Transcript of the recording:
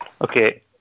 okay